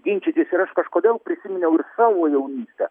ginčytis ir aš kažkodėl prisiminiau ir savo jaunystę